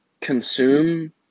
consume